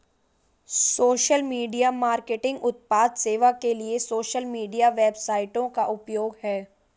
social media marketing उत्पाद सेवा के लिए सोशल मीडिया वेबसाइटों का उपयोग है